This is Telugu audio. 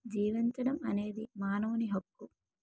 జీవించడం అనేది మానవుని హక్కు